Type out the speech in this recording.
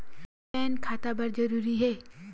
Pan खाता बर जरूरी हे?